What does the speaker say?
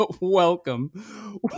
welcome